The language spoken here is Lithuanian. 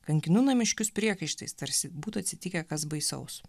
kankinu namiškius priekaištais tarsi būtų atsitikę kas baisaus